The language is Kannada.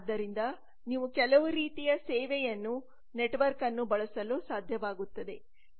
ಆದ್ದರಿಂದ ನೀವು ಕೆಲವು ರೀತಿಯ ಸೇವೆಯನ್ನು ಪಡೆಯಲು ನೆಟ್ವರ್ಕ್ ಅನ್ನು ಬಳಸಲು ಸಾಧ್ಯವಾಗುತ್ತದೆ